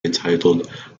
entitled